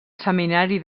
seminari